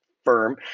firm